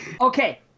Okay